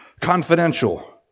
confidential